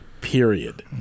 Period